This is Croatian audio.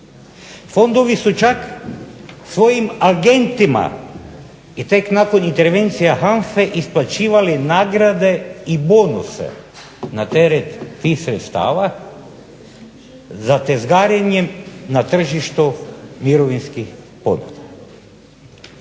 Fondovi su čak svojim agentima i tek nakon intervencija HANFA-e isplaćivali nagrade i bonuse na teret tih sredstava za tezgarenjem na tržištu mirovinskih fondova.